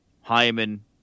Hyman